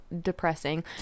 depressing